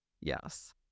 yes